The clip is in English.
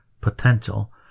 potential